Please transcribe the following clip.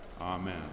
Amen